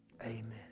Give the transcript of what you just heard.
Amen